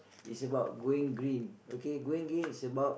is about going green okay going green is about